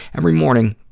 every morning